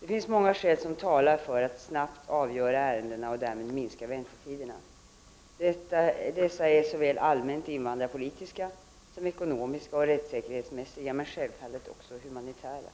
Det finns många skäl som talar för att snabbt avgöra ärendena och därmed minska väntetiderna. Dessa är såväl allmänt invandrarpolitiska som ekonomiska och rättssäkerhetsmässiga men självfallet också humanitära.